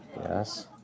yes